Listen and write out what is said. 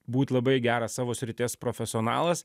būt labai geras savo srities profesionalas